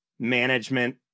management